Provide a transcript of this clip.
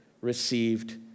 received